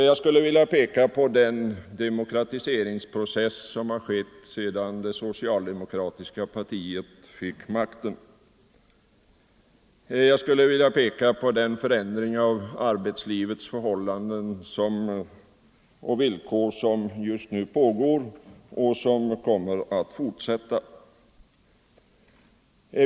Jag skulle vilja peka på den demokratiseringsprocess som har ägt rum sedan det socialdemokratiska partiet fick makten. Jag skulle vidare vilja peka på den förändring av arbetslivets förhållanden och villkor som just nu pågår och som kommer att fortsätta.